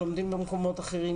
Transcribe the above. לומדים במקומות אחרים.